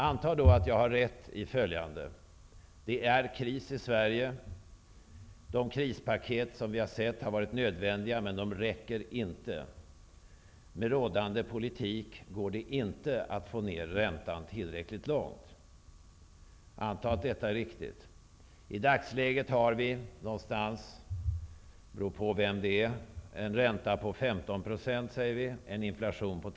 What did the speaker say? Antag att jag har rätt i följande: Det är kris i Sverige. Krispaketen var nödvändiga men räcker inte. Med rådande politik går det inte att få ner räntan tillräckligt långt. I dagsläget har vi, beroende på vem det handlar om, en ränta på ungefär 15 % och 2 inflation.